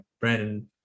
brandon